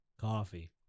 coffee